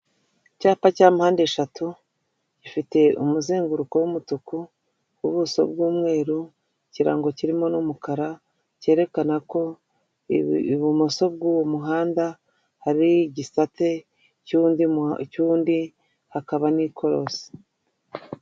Icyapa cya mpandeshatu gifite umuzenguruko w'umutuku ubuso bw'umweru, ikirango kirimo n'umukara kerekana ko ibumoso bw'uwo muhanda hari igisate k'undi hakaba n'ikorosi.